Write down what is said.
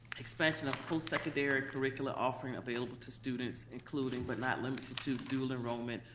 expansion of post-secondary curricula offering available to students including, but not limited to, dual enrollment,